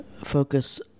focus